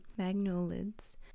magnolids